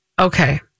Okay